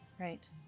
Right